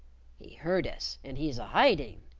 he heard us, and he's a-hiding.